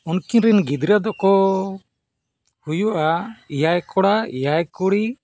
ᱩᱱᱠᱤᱱ ᱨᱮᱱ ᱜᱤᱫᱽᱨᱟᱹ ᱫᱚᱠᱚ ᱦᱩᱭᱩᱜᱼᱟ ᱮᱭᱟᱭ ᱠᱚᱲᱟ ᱮᱭᱟᱭ ᱠᱩᱲᱤ